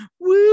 woo